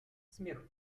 смех